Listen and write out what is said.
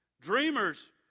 Dreamers